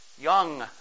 young